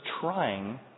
trying